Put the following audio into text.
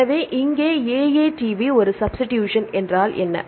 எனவே இங்கே AATV ஒரு சப்ஸ்டிடூஷன் என்றால் என்ன